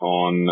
on